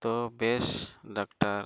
ᱛᱳ ᱵᱮᱥ